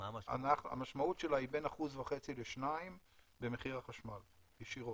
המשמעות שלה היא בין 1.5% ל-2% במחיר החשמל ישירות.